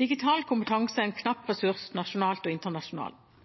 Digital kompetanse er en knapp ressurs nasjonalt og internasjonalt.